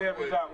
תודה.